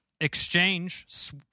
exchange